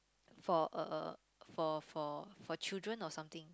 for a a for for for children or something